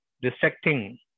dissecting